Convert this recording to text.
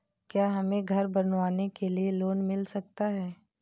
क्या हमें घर बनवाने के लिए लोन मिल सकता है?